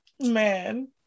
man